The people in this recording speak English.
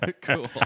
Cool